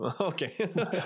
okay